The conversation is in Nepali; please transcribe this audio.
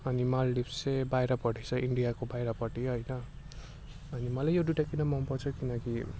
अनि मालदिभ्स चाहिँ बाहिरपट्टि छ इन्डियाको बाहिरपट्टि होइन अनि मलाई यो दुईवटा किन मनपर्छ किनकि